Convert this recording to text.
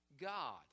God